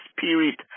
Spirit